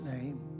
name